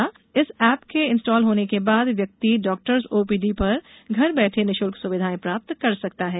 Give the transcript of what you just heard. इए एप के इंस्टाल होने के बाद व्यक्ति डॉक्टर्स ओपीडी का घर बैठे निःशुल्क सुविधाएं प्राप्त कर सकता है